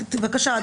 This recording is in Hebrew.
בבקשה.